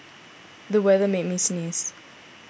the weather made me sneeze